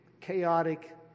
chaotic